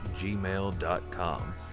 gmail.com